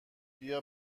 بیا